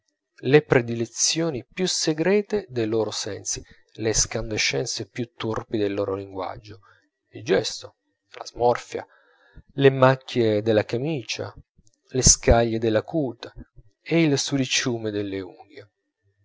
le predilezioni più segrete dei loro sensi le escandescenze più turpi del loro linguaggio il gesto la smorfia le macchie della camicia le scaglie della cute e il sudiciume delle unghie